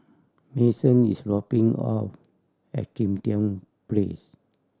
Mason is dropping off at Kim Tian Place